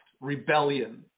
rebellion